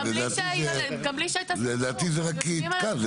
לדעתי זה רק יקטן.